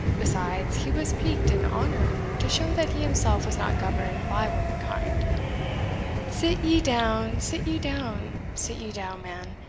besides, he was piqued in honour to show that he himself was not governed by womankind sit ye down, sit ye down, sit ye down, man,